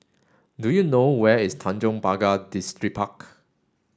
do you know where is Tanjong Pagar Distripark